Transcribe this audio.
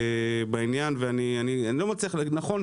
ואני לא מצליח נכון,